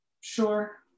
sure